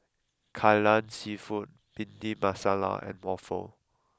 Kai Lan seafood Bhindi Masala and waffle